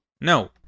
No